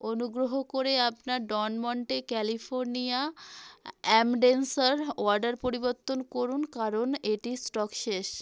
অনুগ্রহ করে আপনার ডন মন্টে ক্যালিফোর্নিয়া আমন্ডসের অর্ডার পরিবর্তন করুন কারণ এটির স্টক শেষ